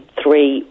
three